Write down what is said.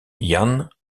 jahn